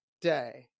day